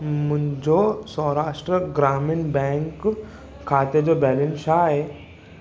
मुंहिंजो सौराष्ट्र ग्रामीण बैंक खाते जो बैलेंसु छा आहे